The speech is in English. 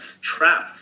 trap